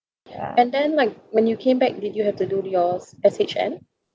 and then like when you came back did you have to do yours S_H_N